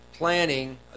planning